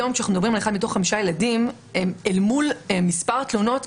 היום כשאנחנו מדברים על אחד מתוך חמישה ילדים אל מול מספר התלונות,